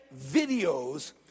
videos